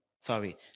Sorry